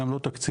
גם לא תקציבית,